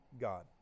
God